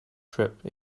trip